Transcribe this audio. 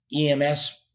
EMS